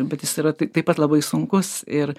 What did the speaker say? bet jis yra tai taip pat labai sunkus ir